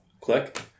Click